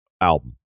album